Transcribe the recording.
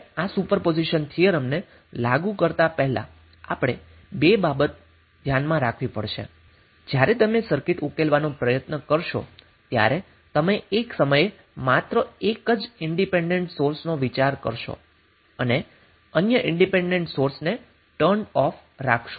હવે આ સુપરપોઝિશન થિયરમને લાગુ કરતા પહેલા આપણે 2 બાબતો ધ્યાનમાં રાખવી પડશે જે જ્યારે તમે સર્કિટ ઉકેલવાનો પ્રયત્ન કરશો ત્યારે તમે એક સમયે માત્ર એક જ ઇન્ડિપેન્ડન્ટ સોર્સનો વિચાર કરશો અને અન્ય ઇન્ડિપેન્ડન્ટ સોર્સ ટર્ન્ડ ઓફ રહેશે